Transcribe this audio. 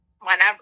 whenever